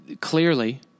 clearly